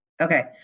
Okay